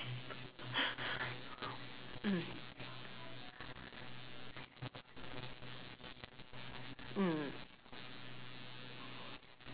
mm mm